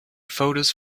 photos